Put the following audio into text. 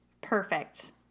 Perfect